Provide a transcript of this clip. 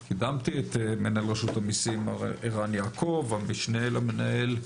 את מנהל רשות המיסים, מר ערן יעקב, המשנה למנהל,